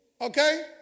Okay